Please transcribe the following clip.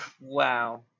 Wow